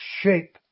shape